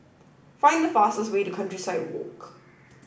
find the fastest way to Countryside Walk